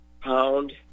pound